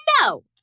No